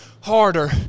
harder